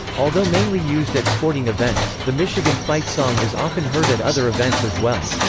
although mainly used at sporting events, the michigan fight song is often heard at other events as well.